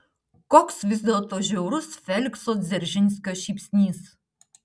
koks vis dėlto žiaurus felikso dzeržinskio šypsnys